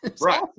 Right